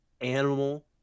animal